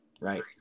right